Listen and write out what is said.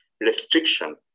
restriction